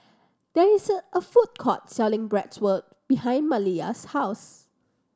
there is a food court selling Bratwurst behind Maliyah's house